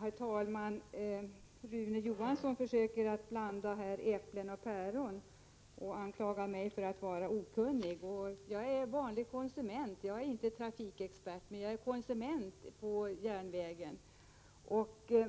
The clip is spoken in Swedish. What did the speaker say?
Herr talman! Rune Johansson försöker här blanda äpplen och päron, och han anklagar mig för att vara okunnig. Jag är inte trafikexpert, men jag är konsument när det gäller järnvägen.